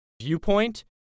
viewpoint